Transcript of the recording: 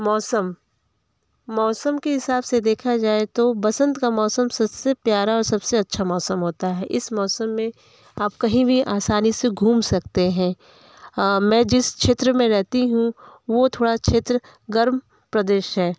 मौसम मौसम के हिसाब से देखा जाए तो बसंत का मौसम सबसे प्यारा और सबसे अच्छा मौसम होता है इस मौसम में आप कहीं आसानी से कहीं भी घूम सकते हैं मैं जिस क्षेत्र में रहती हूँ वो थोड़ा क्षेत्र गर्म प्रदेश है